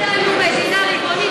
יש לנו מדינה ריבונית,